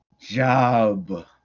job